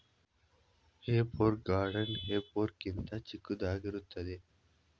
ಹೇ fork garden fork ಗಿಂತ ಚಿಕ್ಕದಾಗಿರುತ್ತದೆ